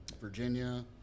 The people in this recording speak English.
Virginia